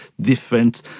different